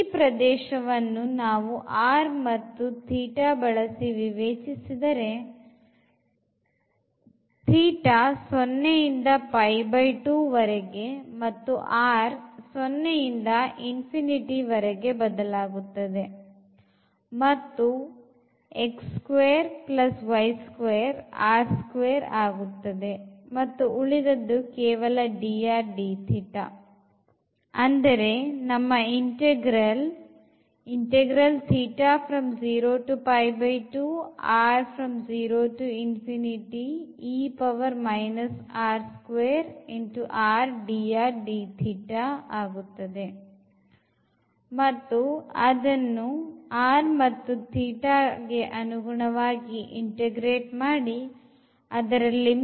ಈ ಪ್ರದೇಶವನ್ನು ನಾವು r ಮತ್ತು ಅನ್ನು ಬಳಸಿ ವಿವೇಚಿಸಿದರೆ 0 ಇಂದ 2 ವರೆಗೆ ಮತ್ತು r 0 ಇಂದ ವರೆಗೆ ಬದಲಾಗುತ್ತದೆ ಮತ್ತು ಆಗುತ್ತದೆ ಮತ್ತು ಉಳಿದದ್ದು ಕೇವಲ dr dθ